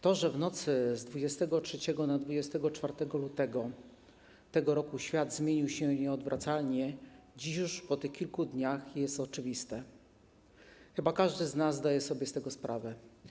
To, że w nocy z 23 na 24 lutego tego roku świat zmienił się nieodwracalnie, dziś już, po tych kilku dniach, jest oczywiste, chyba każdy z nas zdaje sobie z tego sprawę.